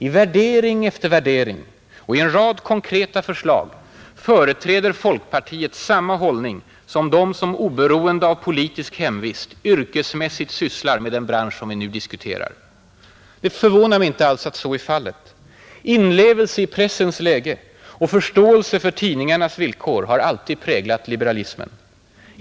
— I värdering efter värdering och i en rad konkreta förslag företräder folkpartiet samma hållning som de som oberoende av politisk hemvist yrkesmässigt sysslar med den bransch vi nu diskuterar. Det förvånar mig inte alls att så är fallet. Inlevelse i pressens läge och förståelse för tidningarnas villkor har alltid präglat liberalismen.